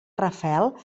rafael